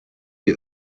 die